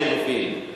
לחלופין.